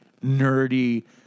nerdy